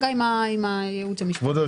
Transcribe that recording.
מקצועית.